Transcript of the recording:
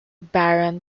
barron